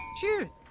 Cheers